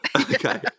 Okay